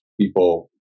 people